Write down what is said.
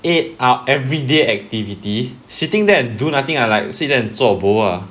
eight hou~ everyday activity sitting there and do nothing I like sit there and 做 bo ah